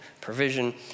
provision